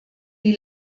die